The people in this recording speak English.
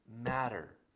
matter